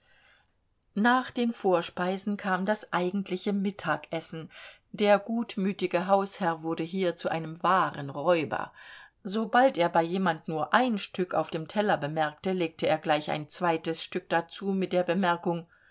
nach den vorspeisen kam das eigentliche mittagessen der gutmütige hausherr wurde hier zu einem wahren räuber sobald er bei jemand nur ein stück auf dem teller bemerkte legte er gleich ein zweites stück dazu mit der bemerkung